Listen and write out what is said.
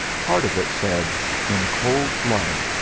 part of it said in cold blood,